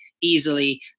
easily